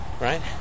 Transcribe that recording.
Right